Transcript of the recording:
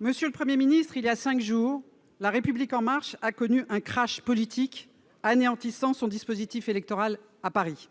Monsieur le Premier ministre, il y a cinq jours, le parti La République En Marche a connu un politique anéantissant son dispositif électoral à Paris.